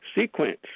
sequence